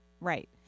right